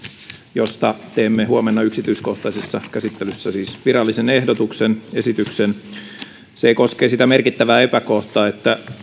josta teemme huomenna yksityiskohtaisessa käsittelyssä siis virallisen ehdotuksen koskee sitä merkittävää epäkohtaa että